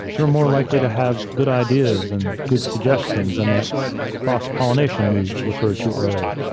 you're more likely to have good ideas and good suggestions and that cross pollination we referred to earlier.